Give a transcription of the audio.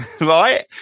Right